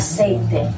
Aceite